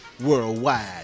worldwide